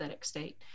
state